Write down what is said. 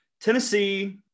Tennessee